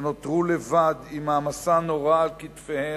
שנותרו לבד עם מעמסה נוראה על כתפיהן,